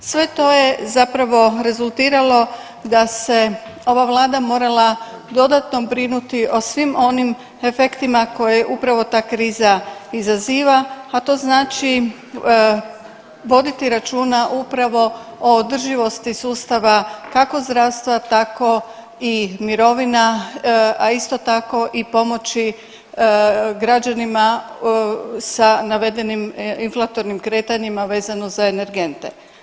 Sve to je zapravo rezultiralo da se ova Vlada morala dodatno brinuti o svim onim efektima koje upravo ta kriza izaziva, a to znači voditi računa upravo o održivosti sustava, kako zdravstva, tako i mirovina, a isto tako i pomoći građanima sa navedenim inflatornim kretanjima vezano za energente.